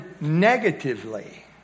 negatively